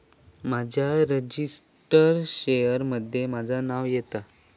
माझ्या registered share मध्ये माझा नाव येता